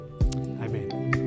amen